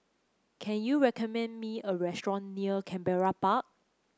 can you recommend me a restaurant near Canberra Park